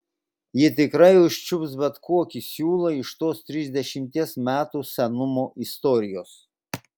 ji tikrai užčiuops bet kokį siūlą iš tos trisdešimties metų senumo istorijos